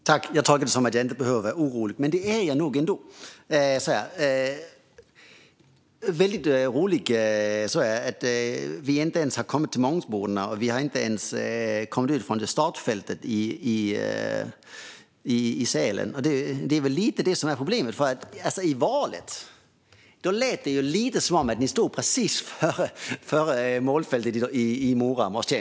Fru talman! Jag tolkar detta som att jag inte behöver vara orolig, men det är jag nog ändå. Det var väldigt roligt att Fredrik Malm sa att ni inte ens har kommit till Mångsbodarna, inte ens har kommit iväg från startfältet i Sälen. Det är väl lite det som är problemet, för inför valet lät det lite som att ni stod precis före målfältet i Mora.